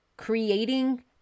Creating